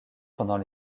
pendant